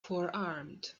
forearmed